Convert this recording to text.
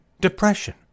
depression